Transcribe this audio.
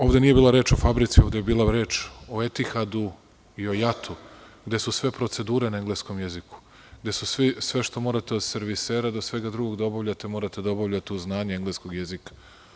Ovde nije bilo reči o fabrici, ovde je bilo reči o Etihadu i o JAT, gde su sve procedure na engleskom jeziku, gde sve što treba da obavljate, od servisera do svega ostalog, morate da obavljate uz znanje engleskog jezika.